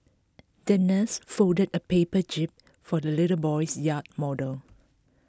the nurse folded A paper jib for the little boy's yacht model